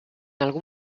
algun